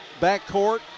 backcourt